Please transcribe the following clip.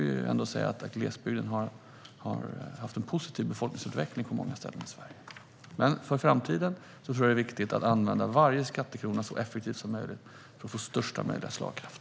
Men nu har glesbygden ändå haft en positiv befolkningsutveckling på många ställen i Sverige. För framtiden tror jag dock att det är viktigt att använda varje skattekrona så effektivt som möjligt, för att få största möjliga slagkraft.